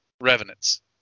revenants